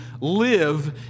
live